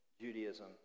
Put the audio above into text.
Judaism